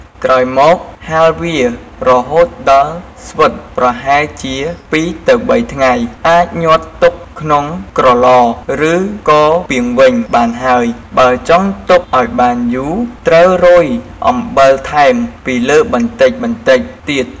ក្រោយមកហាលវារហូតដល់ស្វិតប្រហែលជា ពីរទៅបី ថ្ងៃ អាចញាត់ទុកក្នុងក្រឡឬក៏ពាងវិញបានហើយ បើចង់ទុកឱ្យបានយូរត្រូវរោយអំបិលថែមពីលើបន្តិចៗទៀត។